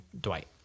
Dwight